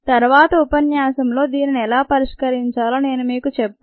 తరువాత ఉపన్యాసంలో దీనిని ఎలా పరిష్కరించాలో నేను మీకు చెబుతాను